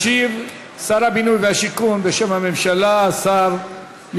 ישיב בשם הממשלה שר הבינוי והשיכון,